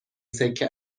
سکه